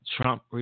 Trump